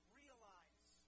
realize